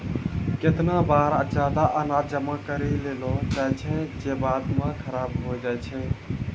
केतना बार जादा अनाज जमा करि लेलो जाय छै जे बाद म खराब होय जाय छै